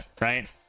right